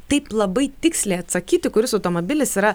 taip labai tiksliai atsakyti kuris automobilis yra